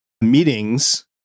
meetings